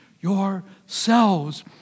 yourselves